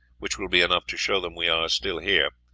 which will be enough to show them we are still here,